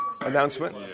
announcement